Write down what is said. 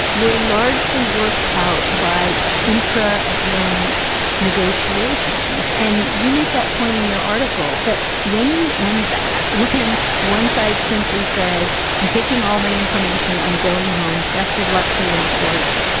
we're largely worked out by intra branch negotiations, and you make that point in your article that when you end that, when one side simply says, i'm taking all my information, i'm going home. best of luck to you in the courts.